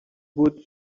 would